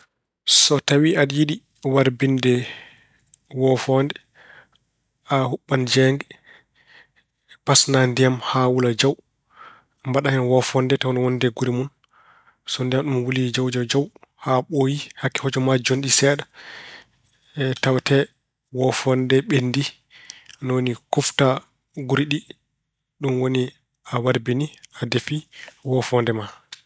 So tawi aɗa yiɗi warbinde woofoonde, a huɓɓan jeynge, pasnaa ndiyam haa wula jam, mbaɗaa hen woofoonde nde tawa ina wondi e guri mon. So ndiyam ɗam wulii jaw jaw jaw haa ɓooyi, hakke hojomaaji jonɗi seeɗa tawetee woofoonde nde ɓenndii. Ni woni kuftaa guri ɗi, ɗum woni a warbinii, a defii woofoonde ma.